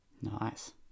nice